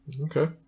Okay